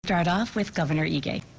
start off with governor ige.